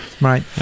Right